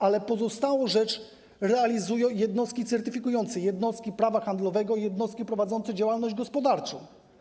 ale pozostałą część realizują jednostki certyfikujące, jednostki prawa handlowego, jednostki prowadzące działalność gospodarczą.